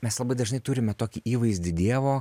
mes labai dažnai turime tokį įvaizdį dievo